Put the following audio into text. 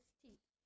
teeth